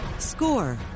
Score